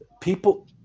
people